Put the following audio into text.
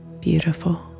beautiful